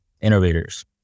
innovators